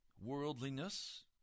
worldliness